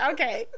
Okay